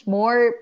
more